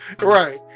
Right